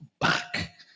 back